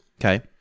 Okay